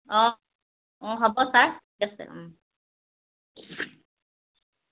অঁ অঁ হ'ব ছাৰ ঠিক আছে ওম